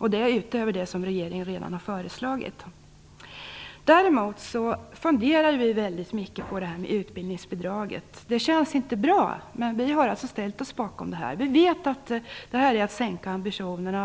utöver vad regeringen redan har föreslagit. Däremot funderade vi väldigt mycket på det här med utbildningsbidraget. Det känns inte bra, men vi har trots det ställt oss bakom det. Vi vet att det är att sänka ambitionerna.